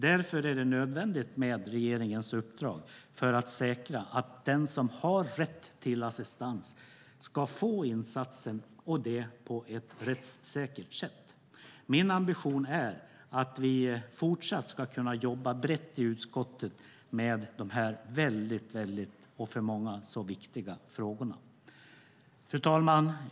Därför är det nödvändigt med regeringens uppdrag för att säkra att den som har rätt till assistans ska få denna insats och det på ett rättssäkert sätt. Min ambition är att vi fortsatt ska kunna jobba brett i utskottet med dessa viktiga frågor. Fru talman!